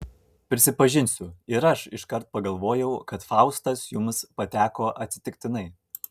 prisipažinsiu ir aš iškart pagalvojau kad faustas jums pateko atsitiktinai